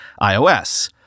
iOS